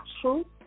true